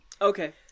Okay